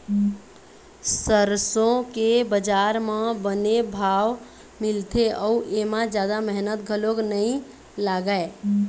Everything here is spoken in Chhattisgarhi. सरसो के बजार म बने भाव मिलथे अउ एमा जादा मेहनत घलोक नइ लागय